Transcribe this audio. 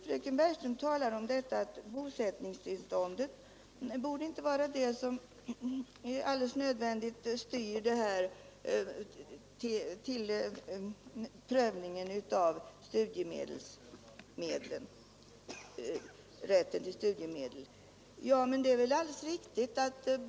Fröken Bergström säger att bosättningstillståndet inte borde vara det som nödvändigtvis styr rätten till studiemedel. Men det är väl alldeles riktigt att det är så.